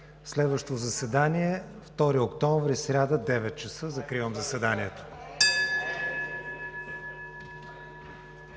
Следващото заседание е на 2 октомври, сряда, от 9,00 ч. Закривам заседанието.